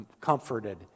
comforted